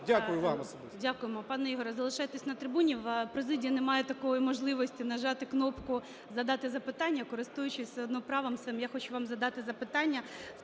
Дякую вам особисто.